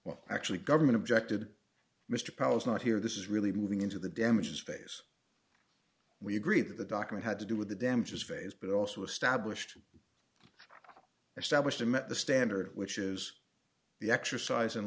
well actually government objected mr powell is not here this is really moving into the damages space we agreed to the document had to do with the damages phase but also established established and met the standard which is the exercise in